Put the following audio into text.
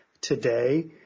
today